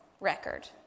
record